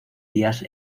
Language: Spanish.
días